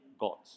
gods